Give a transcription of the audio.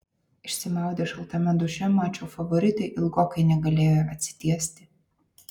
išsimaudę šaltame duše mačo favoritai ilgokai negalėjo atsitiesti